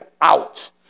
out